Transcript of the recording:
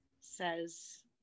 says